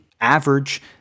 average